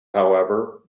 however